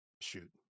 shoot